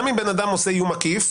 גם אם בן אדם עושה איום עקיף,